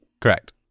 Correct